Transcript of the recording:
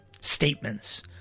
statements